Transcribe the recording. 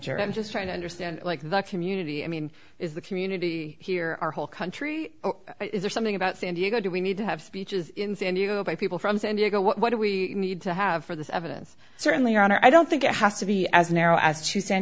jury i'm just trying to understand like the community i mean is the community here our whole country is there something about san diego do we need to have speeches and you about people from san diego what do we need to have for this evidence certainly your honor i don't think it has to be as narrow as to san